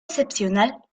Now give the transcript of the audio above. excepcional